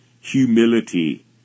humility